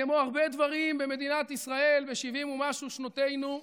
כמו הרבה דברים במדינת ישראל ב-70 ומשהו שנותינו,